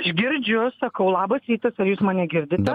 aš girdžiu sakau labas rytas ar jūs mane girdite